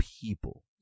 people